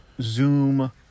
Zoom